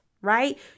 right